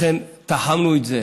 לכן, תחמנו את זה